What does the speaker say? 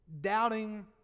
doubting